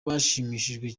bashimishijwe